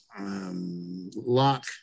lock